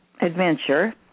Adventure